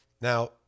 Now